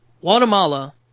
Guatemala